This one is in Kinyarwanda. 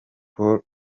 paul